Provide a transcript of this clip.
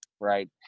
right